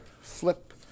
flip